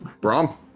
Brom